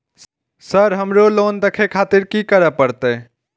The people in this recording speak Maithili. सर हमरो लोन देखें खातिर की करें परतें?